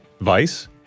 Vice